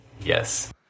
yes